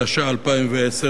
התש"ע 2010,